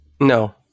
No